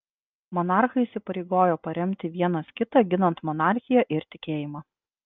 monarchai įsipareigojo paremti vienas kitą ginant monarchiją ir tikėjimą